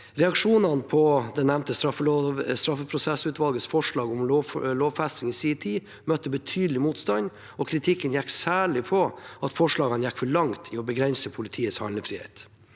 anvendbare. Det nevnte straffeprosessutvalgets forslag om lovfesting møtte i sin tid betydelig motstand, og kritikken gikk særlig på at forslagene gikk for langt i å begrense politiets handlefrihet.